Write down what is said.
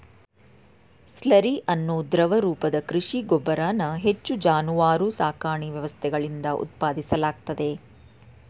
slurry ಅನ್ನೋ ದ್ರವ ರೂಪದ ಕೃಷಿ ಗೊಬ್ಬರನ ಹೆಚ್ಚು ಜಾನುವಾರು ಸಾಕಣೆ ವ್ಯವಸ್ಥೆಗಳಿಂದ ಉತ್ಪಾದಿಸಲಾಗ್ತದೆ